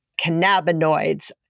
cannabinoids